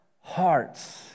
hearts